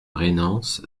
rainans